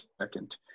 second